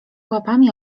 łapami